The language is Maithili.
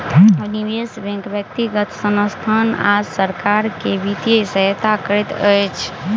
निवेश बैंक व्यक्तिगत संसथान आ सरकार के वित्तीय सहायता करैत अछि